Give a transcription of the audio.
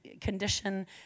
condition